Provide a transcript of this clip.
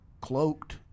cloaked